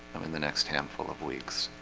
i mean the next handful of weeks